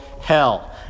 hell